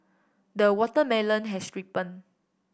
the watermelon has ripened